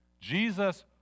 Jesus